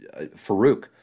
Farouk